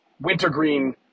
wintergreen